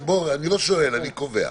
אני לא שואל, אני קובע.